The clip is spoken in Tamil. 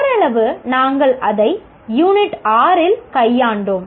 ஓரளவு நாங்கள் அதை யூனிட் 6 இல் கையாண்டோம்